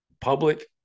public